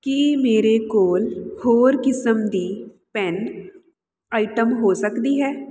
ਕੀ ਮੇਰੇ ਕੋਲ ਹੋਰ ਕਿਸਮ ਦੀ ਪੈੱਨ ਆਈਟਮ ਹੋ ਸਕਦੀ ਹੈ